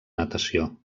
natació